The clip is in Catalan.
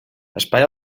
espai